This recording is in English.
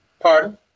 Pardon